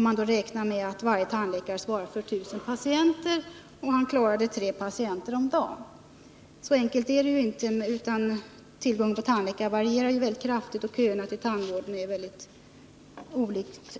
Man räknar då med att varje tandläkare svarar för 1 000 patienter och klarar 3 patienter om dagen. Så enkelt är det nu inte; tillgången på tandläkare varierar mycket kraftigt och köerna till tandvården är olika